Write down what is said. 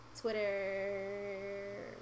Twitter